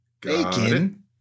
Bacon